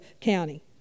County